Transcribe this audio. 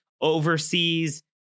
overseas